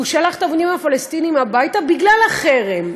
והוא שלח את העובדים הפלסטינים הביתה בגלל החרם.